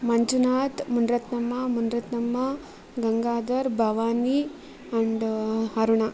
Manjunath Muniratnamma Muniratnamma Gangadhar Bhavani and Aruna